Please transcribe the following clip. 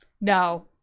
No